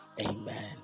Amen